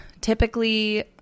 Typically